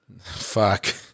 Fuck